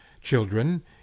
Children